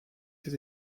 ses